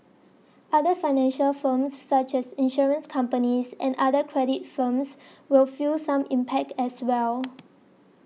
other financial firms such as insurance companies and other credit firms will feel some impact as well